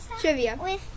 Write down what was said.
trivia